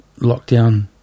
lockdown